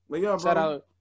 Shout-out